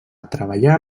treballar